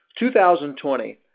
2020